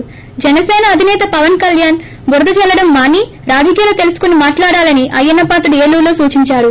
ేజనసేన అధిసేత పవన్ కల్యాణ్ బురద జల్లడం మాని రాజకీయాలు తెలుసుకుని మాట్లాడాలని అయ్యన్న పాత్రుడు ఏలూరు లో సూచించారు